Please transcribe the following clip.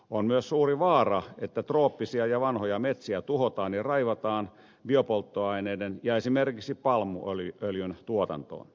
on myös suuri vaara että trooppisia ja vanhoja metsiä tuhotaan ja raivataan biopolttoaineiden ja esimerkiksi palmuöljyn tuotantoon